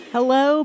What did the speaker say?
Hello